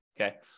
Okay